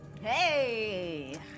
Hey